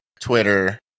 Twitter